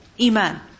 Iman